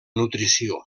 nutrició